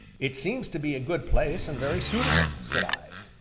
it seems to be a good place and very suitable, said i.